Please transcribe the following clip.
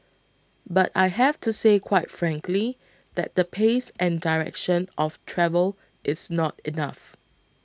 but I have to say quite frankly that the pace and direction of travel is not enough